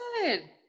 Good